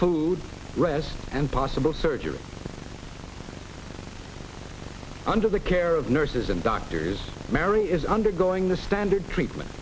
food rest and possible surgery under the care of nurses and doctors mary is undergoing the standard treatment